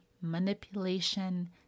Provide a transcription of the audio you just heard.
manipulation